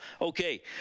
Okay